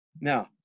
Now